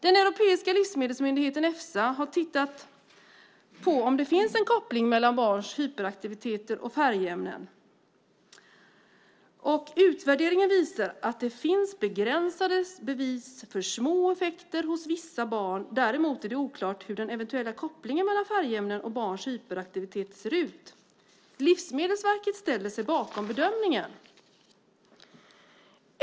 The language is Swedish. Den europeiska livsmedelsmyndigheten Efsa har tittat på om det finns en koppling mellan barns hyperaktivitet och färgämnen. Utvärderingen visar att det finns begränsade bevis för små effekter hos vissa barn. Däremot är det oklart hur den eventuella kopplingen mellan färgämnen och barns hyperaktivitet ser ut. Livsmedelsverket ställer sig bakom bedömningen.